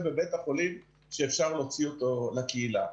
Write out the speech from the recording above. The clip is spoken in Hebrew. בבית החולים שאפשר להוציא אותו לקהילה.